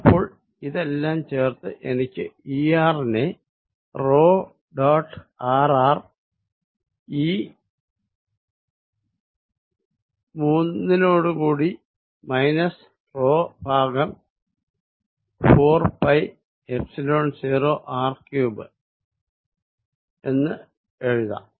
അപ്പോൾ ഇതെല്ലം ചേർത്ത് എനിക്ക് Er നെ ഡോട്ട് rr ഈ 3 നോട് കൂടി മൈനസ് ഭാഗം 4 പൈ എപ്സിലോൺ 0 r3 എന്ന് എഴുതാം